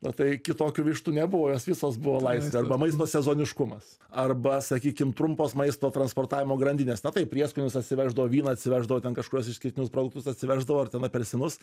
na tai kitokių vištų nebuvo jos visos buvo laisvėj arba maisto sezoniškumas arba sakykim trumpos maisto transportavimo grandinės na taip prieskonius atsiveždavo vyną atsiveždavo ten kažkokius išskirtinius produktus atsiveždavo ar ten apelsinus